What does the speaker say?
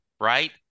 Right